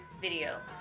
video